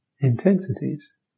intensities